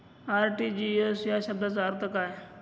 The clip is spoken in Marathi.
आर.टी.जी.एस या शब्दाचा अर्थ काय?